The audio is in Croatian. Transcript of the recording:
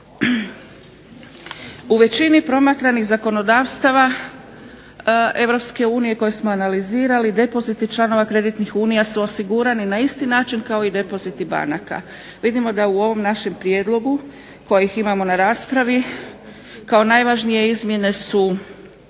U većini promatranih zakonodavstava Europske unije koje smo analizirali depoziti članova kreditnih unija su osigurani na isti način kao i depoziti banaka. Vidimo da u ovom našem prijedlogu kojih imamo na raspravi kao najvažnije izmjene su